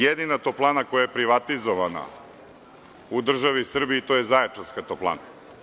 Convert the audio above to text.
Jedina toplana koja je privatizovana u državi Srbiji je zaječarska toplana.